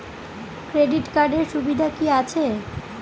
Credit কার্ডের সুবিধা কি আছে?